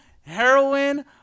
heroin